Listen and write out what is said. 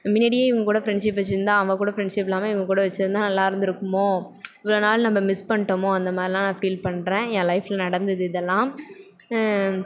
மின்னாடியே இவங்க கூட ஃப்ரெண்ட்ஷிப் வச்சுருந்தா அவள் கூட ஃப்ரெண்ட்ஷிப் இல்லாமல் இவங்கள் கூட வச்சுருந்தா நல்லா இருந்திருக்குமோ இவ்வளோ நாள் நம்ம மிஸ் பண்ணிட்டமோ அந்தமாதிரிலாம் நான் ஃபீல் பண்ணுறேன் என் லைஃப்பில் நடந்தது இதெல்லாம்